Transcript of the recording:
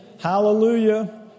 Hallelujah